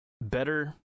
Better